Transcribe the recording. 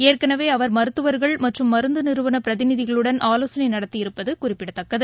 ஏற்கனவே மருத்துவர்கள் மற்றும் மருந்துநிறுவனபிரதிநிதிகளுடன் ஆலோசனைநடத்தி அவர் இருப்பதுகுறிப்பிடத்தக்கது